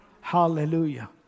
Hallelujah